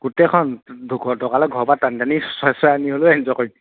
গোটেইখন দৰকাৰ হ'লে ঘৰৰ পৰা টানি টানি চুচৰাই চুচৰাই আনি হ'লেও এনজয় কৰিম